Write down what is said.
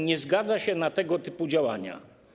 Nie zgadza się na tego typu działania.